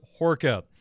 Horka